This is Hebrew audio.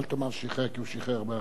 אל תאמר "שחרר", כי הוא שחרר בערבות,